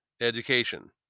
education